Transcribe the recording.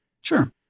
Sure